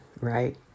right